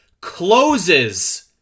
closes